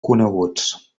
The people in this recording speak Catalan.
coneguts